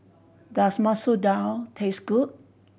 does Masoor Dal taste good